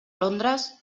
londres